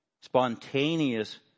spontaneous